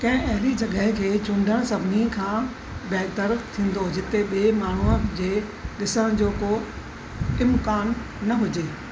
कंहिं अहिड़ी जॻहि खे चूंडणु सभिनी खां बहितरु थींदो जिते ॿिए माण्हूअ जे ॾिसण जो को इम्कानु न हुजे